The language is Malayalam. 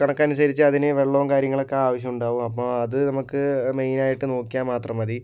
കണക്കനുസരിച്ച് അതിന് വെള്ളവും കാര്യങ്ങളൊക്കെ ആവശ്യമുണ്ടാവും അപ്പം അത് നമുക്ക് മെയിനായിട്ട് നോക്കിയാൽ മാത്രം മതി